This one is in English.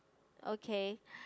okay